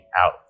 out